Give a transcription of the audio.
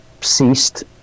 ceased